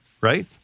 right